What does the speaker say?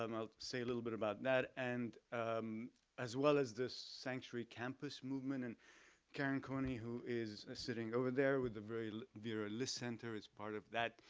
um i'll say a little bit about that. and as well as this sanctuary campus movement. and karen coney who is sitting over there with the vera list center is part of that